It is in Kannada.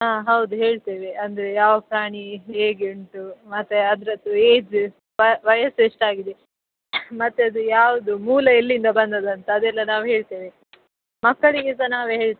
ಹಾಂ ಹೌದು ಹೇಳ್ತೇವೆ ಅಂದರೆ ಯಾವ ಪ್ರಾಣಿ ಹೇಗೆ ಉಂಟು ಮತ್ತು ಅದರದ್ದು ಏಜ್ ವಯಸ್ಸು ಎಷ್ಟಾಗಿದೆ ಮತ್ತು ಅದು ಯಾವುದು ಮೂಲ ಎಲ್ಲಿಂದ ಬಂದದ್ದು ಅಂತ ಅದೆಲ್ಲ ನಾವು ಹೇಳ್ತೇವೆ ಮಕ್ಕಳಿಗೆ ಸಹ ನಾವೇ ಹೇಳ್ತೇವೆ